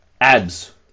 Abs